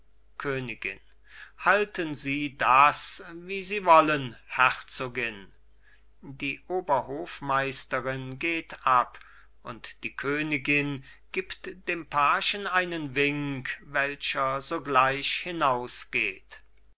königin halten sie das wie sie wollen herzogin die oberhofmeisterin geht ab und die königin gibt dem pagen einen wink welcher sogleich